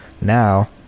Now